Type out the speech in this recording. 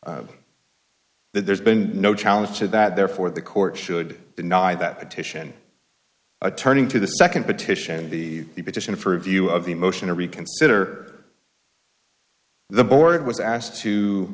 that there's been no challenge to that therefore the court should not i that petition a turning to the second petition the petition for review of the motion to reconsider the board was asked to